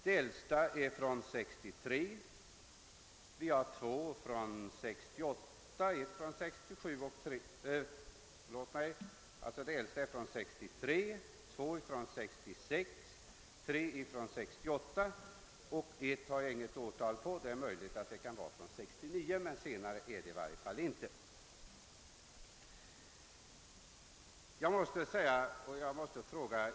Det äldsta är från 1963, därefter följer två från 1966, tre från 1968 och ett som jag inte har något årtal för men som kan ha inträffat 1969 — i varje fall inte senare.